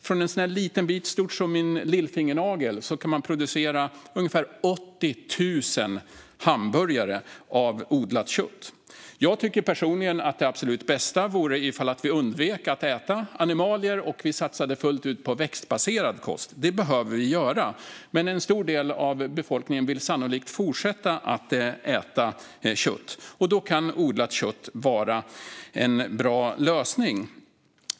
Från en bit stor som min lillfingernagel kan man producera ungefär 80 000 hamburgare av odlat kött. Jag tycker personligen att det absolut bästa vore om vi undvek att äta animalier och satsade fullt ut på växtbaserad kost. Det behöver vi göra. Men en stor del av befolkningen vill sannolikt fortsätta att äta kött, och då kan odlat kött vara en bra lösning.